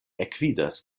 ekvidas